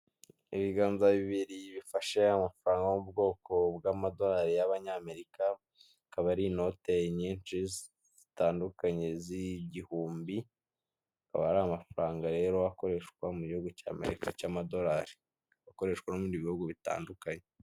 Ibiganza bibiri bifashe amafaranga yubwoko bw'amadolari y'abanyamerika akaba ari inote nyinshi zitandukanye z'igihumbi akaba ari amafaranga rero akoreshwa mu gihugu cy'amerika cy'amadolari akoreshwa n'ibindi bihugu bitandukanye .